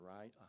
right